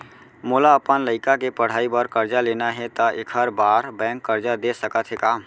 मोला अपन लइका के पढ़ई बर करजा लेना हे, त एखर बार बैंक करजा दे सकत हे का?